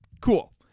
Cool